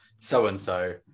so-and-so